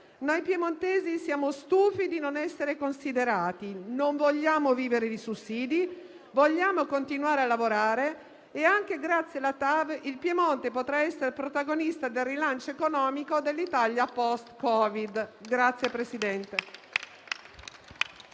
Noi piemontesi siamo stufi di non essere considerati. Non vogliamo vivere di sussidi. Vogliamo continuare a lavorare e, anche grazie alla TAV, il Piemonte potrà essere protagonista del rilancio economico dell'Italia *post* Covid.